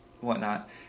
whatnot